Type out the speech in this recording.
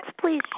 please